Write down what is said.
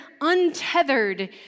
untethered